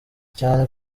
cyane